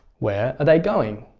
where are they going?